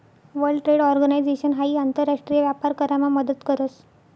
world trade organisation हाई आंतर राष्ट्रीय व्यापार करामा मदत करस